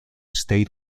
state